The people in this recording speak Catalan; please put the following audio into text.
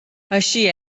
així